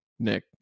Nick